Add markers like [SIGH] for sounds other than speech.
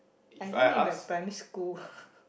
I learn it by primary school [LAUGHS]